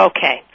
Okay